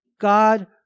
God